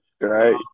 right